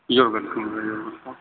your welcome